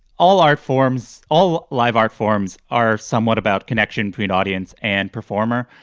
all art forms, all live art forms are somewhat about connection between audience and performer.